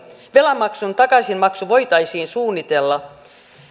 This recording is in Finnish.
velan takaisinmaksu voitaisiin suunnitella